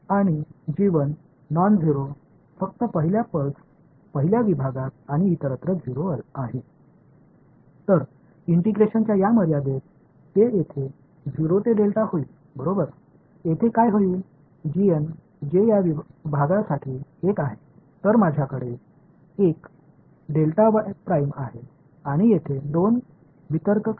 ஏனென்றால் முதல் வெளிப்பாடாக இருக்கும் மற்றும் முதல் பல்ஸ் முதல் பிரிவில் மட்டும் பூஜ்ஜியம் அல்ல மற்றும் எல்லா இடங்களிலும் 0 ஆகும் எனவே ஒருங்கிணைப்பின் இந்த வரம்புகளில் அது 0 விலிருந்து மாறும்அந்த பகுதிக்கு முதல் பகுதியான இங்கு என்ன நடக்கிறது